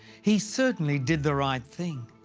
he certainly did the right thing.